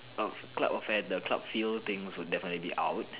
um club of fan the club feel thing also definitely will be out